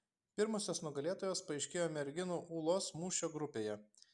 pirmosios nugalėtojos paaiškėjo merginų ūlos mūšio grupėje